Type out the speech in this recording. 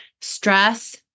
Stress